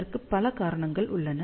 அதற்கு பல காரணங்கள் உள்ளன